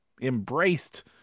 embraced